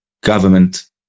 government